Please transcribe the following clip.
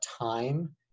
time